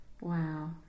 Wow